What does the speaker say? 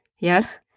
Yes